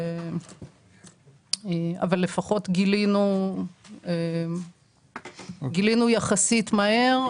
אבל לפחות גילינו אותה יחסית מהר.